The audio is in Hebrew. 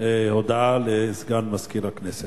הודעה לסגן מזכירת הכנסת.